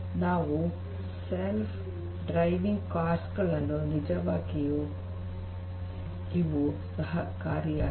ಇವು self driving cars ಗಳನ್ನು ನಿಜವಾಗಿಸಲು ಸಹಾಯಕಾರಿಯಾಗಿವೆ